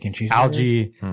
algae